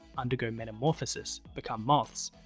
undergo metamorphosis, become moths,